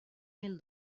mil